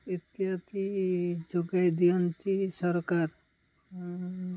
ଇତ୍ୟାଦି ଯୋଗାଇ ଦିଅନ୍ତି ସରକାର